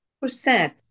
percent